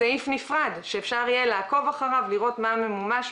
סעיף נפרד שאפשר יהיה לעקוב אחריו לראות מה ממומש,